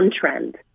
trend